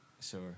Sure